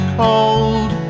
cold